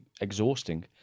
exhausting